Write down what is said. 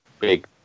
big